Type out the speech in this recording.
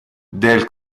del